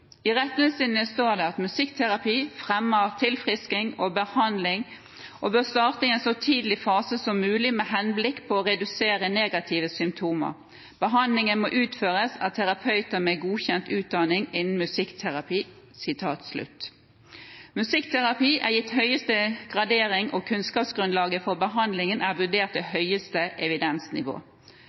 I retningslinjen står det: «Musikkterapi fremmer tilfriskning, og behandlingen bør starte i en så tidlig fase som mulig med henblikk på å redusere negative symptomer. Behandlingen må utføres av terapeuter med godkjent utdanning innen musikkterapi.» Musikkterapi er gitt høyeste gradering, og kunnskapsgrunnlaget for behandlingen er vurdert til høyeste evidensnivå.